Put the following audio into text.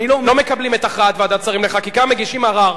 לא מקבלים את הכרעת ועדת שרים לחקיקה, מגישים ערר.